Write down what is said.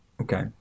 Okay